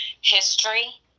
history